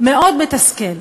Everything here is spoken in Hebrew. מאוד מתסכל.